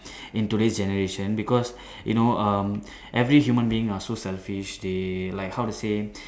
into this generation because you know um every human being are so selfish they like how to say